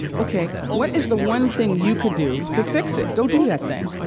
ok. what is the one thing you could do to fix it? go do that thing.